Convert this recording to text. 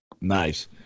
Nice